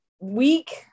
week